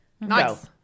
Nice